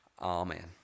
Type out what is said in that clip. amen